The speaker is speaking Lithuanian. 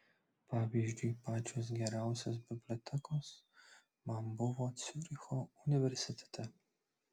pavyzdžiui pačios geriausios bibliotekos man buvo ciuricho universitete